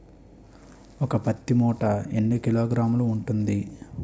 ఒక పత్తి మూట ఎన్ని కిలోగ్రాములు ఉంటుంది?